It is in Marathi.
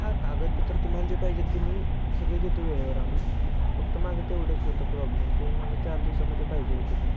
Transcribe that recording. हां कागदपत्र तुम्हाला जे पाहिजेत ते मी सगळे देतो वेळेवर आणून फक्त माझं तेवढंच होतं प्रॉब्लेम की मला चार दिवसामध्ये पाहिजे होतं ते